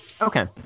Okay